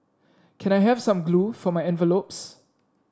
can I have some glue for my envelopes